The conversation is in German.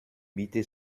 bitte